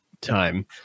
time